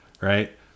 right